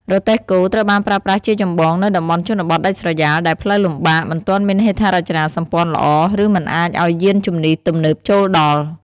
រទេះគោ ត្រូវបានប្រើប្រាស់ជាចម្បងនៅ តំបន់ជនបទដាច់ស្រយាល ដែលផ្លូវលំបាក មិនទាន់មានហេដ្ឋារចនាសម្ព័ន្ធល្អ ឬមិនអាចឱ្យយានជំនិះទំនើបចូលដល់ ។